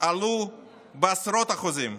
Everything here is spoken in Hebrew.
עלו בעשרות אחוזים.